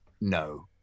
No